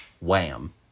wham